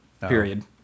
period